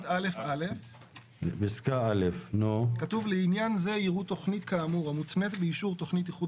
1אא. כתוב: "לעניין זה יראו תכנית כאמור המותנית באישור תכנית איחוד